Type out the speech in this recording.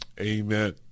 Amen